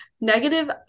negative